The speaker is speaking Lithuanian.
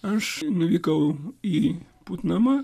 aš nuvykau į putnamą